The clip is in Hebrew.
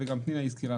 וגם פנינה הזכירה,